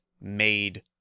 made